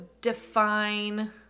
define